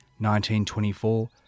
1924